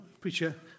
preacher